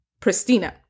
Pristina